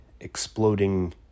exploding